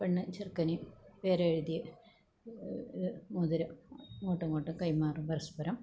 പെണ്ണ് ചെറുക്കനും പേരെഴുതിയ മോതിരം അങ്ങോട്ടും ഇങ്ങോട്ടും കൈമാറും പരസ്പരം